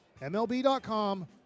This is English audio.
MLB.com